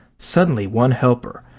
suddenly one helper,